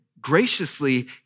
graciously